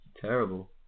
Terrible